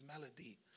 melody